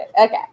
Okay